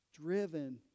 driven